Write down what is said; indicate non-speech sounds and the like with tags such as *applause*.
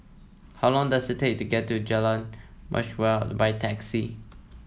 how long does it take to get to Jalan *unintelligible* by taxi